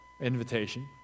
invitation